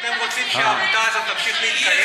אתם רוצים שהעמותה הזאת תמשיך להתקיים?